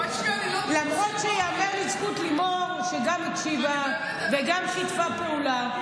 למרות שייאמר לזכות לימור שהיא גם הקשיבה וגם שיתפה פעולה,